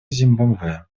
зимбабве